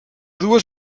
dues